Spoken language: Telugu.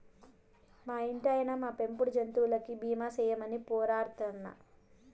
మా ఇంటాయినా, మా పెంపుడు జంతువులకి బీమా సేయమని పోరతన్నా